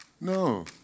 No